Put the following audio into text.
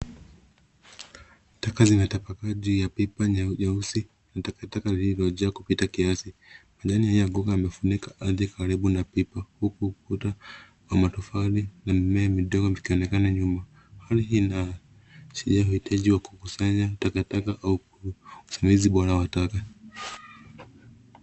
Taka zimetapakaa juu ya pipa la rangi nyeusi, taka zimejaa kupita kiasi. Kuna kifuniko cha plastiki kimefungwa karibu na pipa, huku kuta za matofali na mimea michache zikiwa nyuma. Hili linaonekana kuwa eneo la kukusanyia taka. Taka hizo hazijawekwa vizuri, jambo linaloweza kuharibu mazingira au kusababisha bwala la taka.